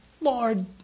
Lord